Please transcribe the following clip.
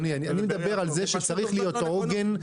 אני מדבר על כך שצריך להיות עוגן.